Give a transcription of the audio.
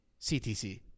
CTC